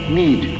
need